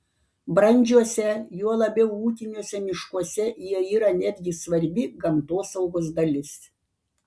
brandžiuose juo labiau ūkiniuose miškuose jie yra netgi svarbi gamtosaugos dalis